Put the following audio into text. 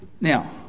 Now